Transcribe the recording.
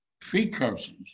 precursors